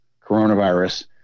coronavirus